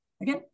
again